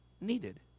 needed